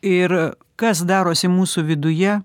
ir kas darosi mūsų viduje